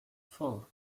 four